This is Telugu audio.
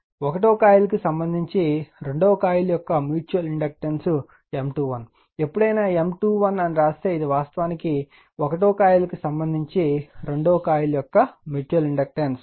కాబట్టి కాయిల్ 1 కి సంబంధించి కాయిల్ 2 యొక్క మ్యూచువల్ ఇండక్టెన్స్ M21 ఎప్పుడైనా M21 అని వ్రాస్తే ఇది వాస్తవానికి కాయిల్ 1 కు సంబంధించి కాయిల్ 2 యొక్క మ్యూచువల్ ఇండక్టెన్స్